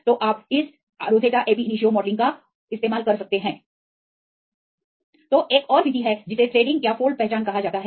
तो इसकी यथोचित सटीकता भी है तो एक और विधि है जिसे थ्रेडिंग या फोल्ड पहचान कहा जाता है